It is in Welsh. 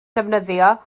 ddefnyddio